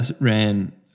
ran